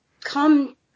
come